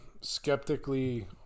skeptically